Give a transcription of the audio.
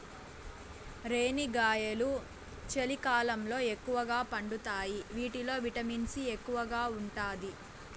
రేణిగాయాలు చలికాలంలో ఎక్కువగా పండుతాయి వీటిల్లో విటమిన్ సి ఎక్కువగా ఉంటాది